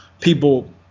people